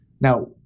Now